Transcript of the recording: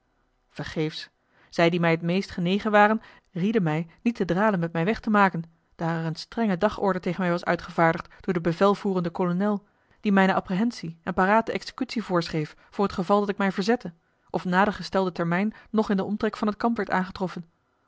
vergeefs zij die mij het meest genegen waren rieden mij niet te dralen met mij weg te maken daar er een strenge dagorder tegen mij was uitgevaardigd door den bevelvoerenden kolonel die mijne apprehentie en parate executie voorschreef voor t geval dat ik mij verzette of na den gestelden termijn nog in den omtrek van het kamp werd aangetroffen